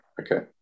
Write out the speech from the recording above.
okay